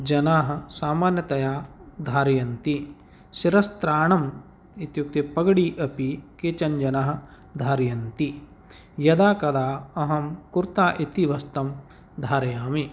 जनाः सामान्यतया धारयन्ति शिरस्त्राणम् इत्युक्ते पगडि अपि केचन जनाः धारयन्ति यदा कदा अहं कुर्ता इति वस्त्रं धारयामि